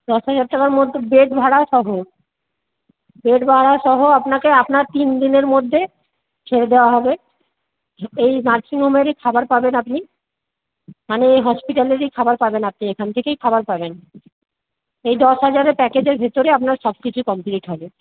দশ হাজার টাকার মতো বেড ভাড়াসহ বেড ভাড়াসহ আপনাকে আপনার তিনদিনের মধ্যে ছেড়ে দেওয়া হবে এই নার্সিংহোমেরই খাবার পাবেন আপনি মানে এই হসপিটালেরই খাবার পাবেন আপনি এখান থেকেই খাবার পাবেন এই দশ হাজারের প্যাকেজের ভেতরে আপনার সবকিছু কমপ্লিট হবে